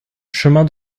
chemin